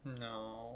No